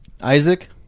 Isaac